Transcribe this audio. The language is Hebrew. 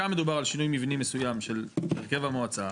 שם מדובר על שינוי מבני מסוים של הרכב המועצה.